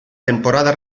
temporada